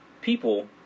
people